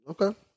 Okay